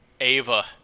Ava